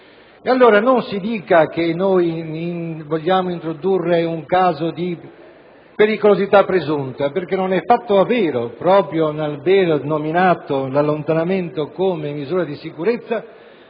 Allora, non si dica che noi vogliamo introdurre un caso di pericolosità presunta, perché non è affatto vero: proprio l'aver nominato l'allontanamento come misura di sicurezza